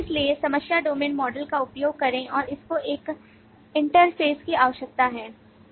इसलिए समस्या domain model का उपयोग करें और आपको एक इंटरफ़ेस की आवश्यकता है